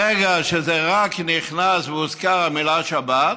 רק ברגע שזה נכנס והוזכרה המילה "שבת"